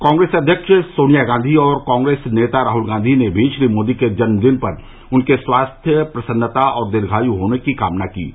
कांग्रेस अध्यक्ष सोनिया गांधी और कॉग्रेस नेता राहुल गांधी ने श्री मोदी के जन्मदिन पर उनके स्वास्थ्य प्रसन्नता और दीर्घायु की कामना की है